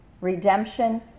Redemption